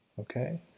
okay